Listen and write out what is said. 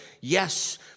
yes